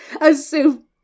assume